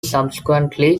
subsequently